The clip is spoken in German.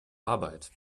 arbeit